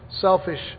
selfish